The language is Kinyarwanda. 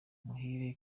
muhire